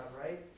right